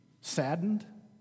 saddened